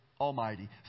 Almighty